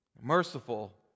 Merciful